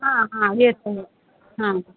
हाँ हाँ ये सही हाँ